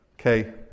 okay